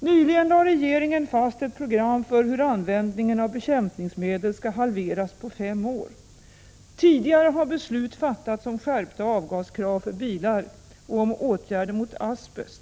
Nyligen lade regeringen fast ett program för hur användningen av bekämpningsmedel skall halveras på fem år. Tidigare har beslut fattats om skärpta avgaskrav för bilar och om åtgärder mot asbest.